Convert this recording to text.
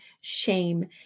shame